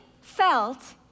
felt